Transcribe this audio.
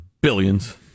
billions